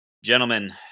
Gentlemen